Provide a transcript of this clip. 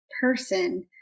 person